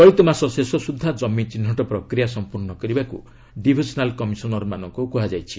ଚଳିତମାସ ଶେଷସୁଦ୍ଧା ଜମିଚିହ୍ନଟ ପ୍ରକ୍ରିୟା ସମ୍ପୂର୍ଣ୍ଣ କରିବାକୁ ଡିଭିଜନାଲ କମିଶନରମାନଙ୍କୁ କୁହାଯାଇଛି